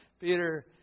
Peter